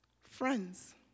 Friends